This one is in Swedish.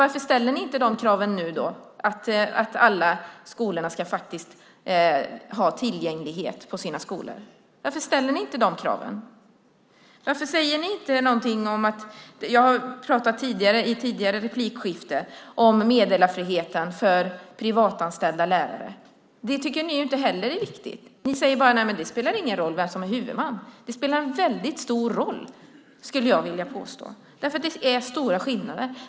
Varför ställer ni inte de kraven nu, att alla skolor faktiskt ska ha tillgänglighet? Varför ställer ni inte de kraven? Jag har i tidigare replikskifte pratat om meddelarfriheten för privatanställda lärare. Det tycker ni inte heller är viktigt. Ni säger bara: Nej, men det spelar ingen roll vem som är huvudman. Det spelar en väldigt stor roll, skulle jag vilja påstå. Det är nämligen stora skillnader.